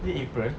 is it april